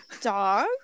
dog